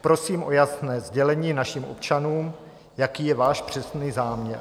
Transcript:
Prosím o jasné sdělení našim občanům, jaký je váš přesný záměr.